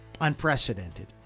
unprecedented